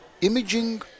imaging